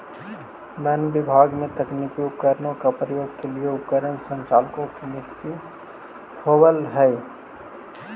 वन विभाग में तकनीकी उपकरणों के प्रयोग के लिए उपकरण संचालकों की नियुक्ति होवअ हई